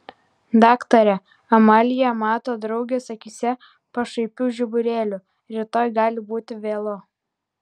daktare amalija mato draugės akyse pašaipių žiburėlių rytoj gali būti vėlu